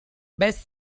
best